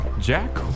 Jack